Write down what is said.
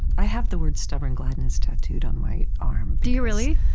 i have the words, stubborn gladness, tattooed on my arm do you really?